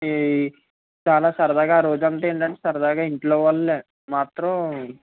ఈ చాలా సరదగా ఆ రోజంతా ఏంటంటే సరదాగా ఇంట్లో వాళ్ళే మాత్రం